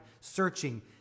searching